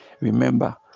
Remember